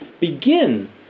begin